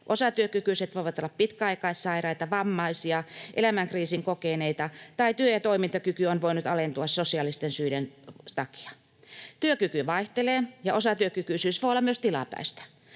Osatyökykyiset voivat olla pitkäaikaissairaita, vammaisia tai elämänkriisin kokeneita, tai työ- ja toimintakyky on voinut alentua sosiaalisten syiden takia. Työkyky vaihtelee, ja osatyökykyisyys voi olla myös tilapäistä.